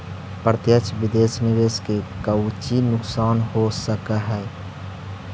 प्रत्यक्ष विदेश निवेश के कउची नुकसान हो सकऽ हई